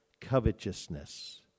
covetousness